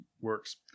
works